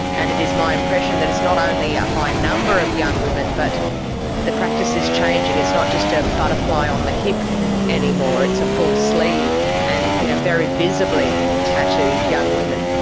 and it is my impression that it's not only a high a high number of young women, but the practice is changing. it's not just a butterfly on the hip anymore, it's a full sleeve and you know very visibly tattooed young women.